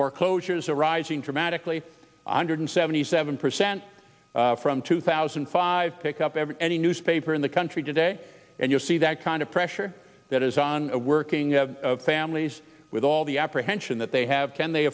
foreclosures are rising dramatically hundred seventy seven percent from two thousand and five pick up every any newspaper in the country today and you see that kind of pressure that is on working families with all the apprehension that they have can they